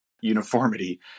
uniformity